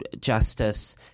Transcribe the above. justice